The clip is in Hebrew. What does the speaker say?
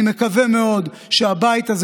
אני מקווה מאוד שהבית הזה,